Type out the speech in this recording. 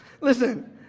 Listen